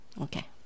Okay